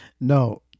No